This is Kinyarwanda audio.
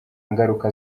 ngaruka